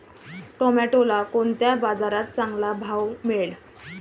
टोमॅटोला कोणत्या बाजारात चांगला भाव मिळेल?